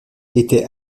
était